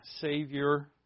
savior